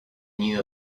knew